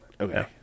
Okay